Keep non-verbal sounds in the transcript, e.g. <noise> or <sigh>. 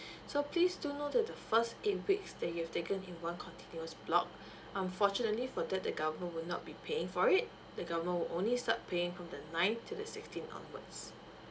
<breath> so please do note that the first eight weeks that you've taken in one continuos block <breath> unfortunately for that the government will not be paying for it the government will only start paying from the nine to the sixteen onwards